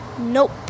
Nope